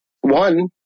One